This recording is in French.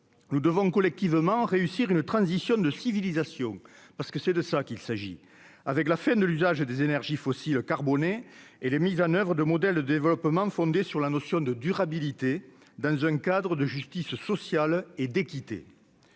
nous devons collectivement réussir une transition de civilisation parce que c'est de ça qu'il s'agit avec la fin de l'usage des énergies fossiles carbonés et les mises en Oeuvres de modèle de développement fondé sur la notion de durabilité dans un cadre de justice sociale et d'équité,